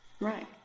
Right